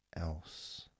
else